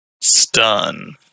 stun